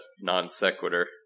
Non-Sequitur